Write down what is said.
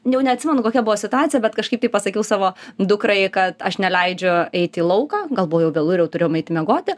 jau neatsimenu kokia buvo situacija bet kažkaip taip pasakiau savo dukrai kad aš neleidžiu eit į lauką gal buvo jau vėlu ir jau turėjome eiti miegoti